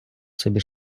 собі